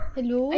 Hello